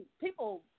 people